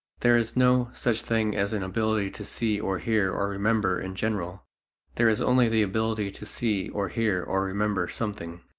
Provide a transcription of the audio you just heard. there is no such thing as an ability to see or hear or remember in general there is only the ability to see or hear or remember something.